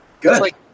Good